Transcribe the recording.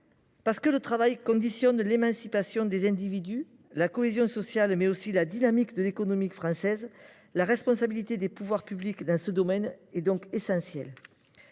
parce que le travail conditionne l’émancipation des individus, la cohésion sociale, mais aussi la dynamique de l’économie française, la responsabilité des pouvoirs publics dans ce domaine est essentielle.